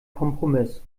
kompromiss